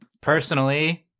Personally